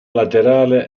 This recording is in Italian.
laterale